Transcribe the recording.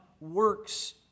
works